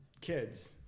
kids